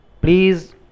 Please